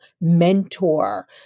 mentor